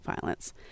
violence